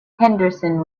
henderson